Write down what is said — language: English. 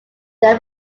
they